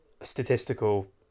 statistical